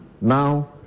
Now